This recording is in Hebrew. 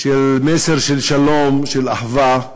של מסר של שלום, של אחווה,